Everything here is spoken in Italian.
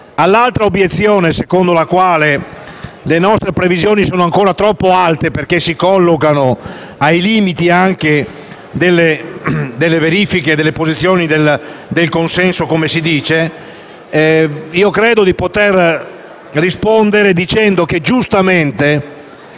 All'altra obiezione secondo cui le nostre previsioni sono ancora troppo alte perché si collocano ai limiti delle verifiche e delle posizioni del consenso - come si dice - credo di poter rispondere dicendo che il Governo